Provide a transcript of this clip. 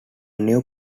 new